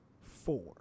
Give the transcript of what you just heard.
four